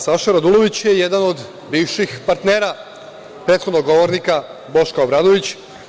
Saša Radulović je jedan od bivših partnera prethodnog govornika Boška Obradović.